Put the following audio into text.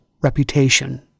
reputation